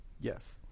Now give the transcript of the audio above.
Yes